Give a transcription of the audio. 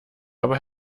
aber